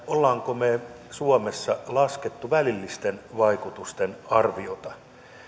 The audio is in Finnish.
olemmeko me suomessa laskeneet välillisten vaikutusten arviota